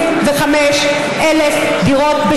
כ-25,000 דירות,